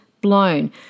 blown